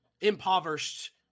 impoverished